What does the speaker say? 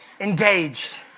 Engaged